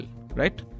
right